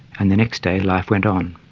and the next day life went on.